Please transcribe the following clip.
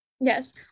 Yes